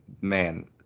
man